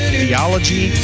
theology